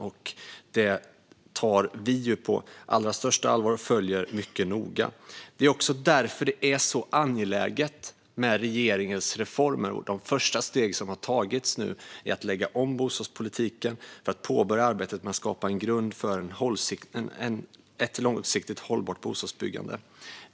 Regeringen tar detta på allra största allvar och följer det mycket noga. Det är också därför det är så angeläget med regeringens reformer. Det första steg som nu har tagits är att lägga om bostadspolitiken för att påbörja arbetet med att skapa en grund för ett långsiktigt hållbart bostadsbyggande.